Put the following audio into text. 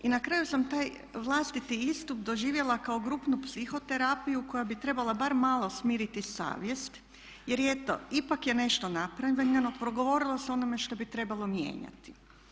I na kraju sam taj vlastiti istup doživjela kao grupnu psihoterapiju koja bi trebala barem malo smiriti savjest jer eto ipak je nešto napravljeno, progovorilo se o onome što bi trebalo mijenjati.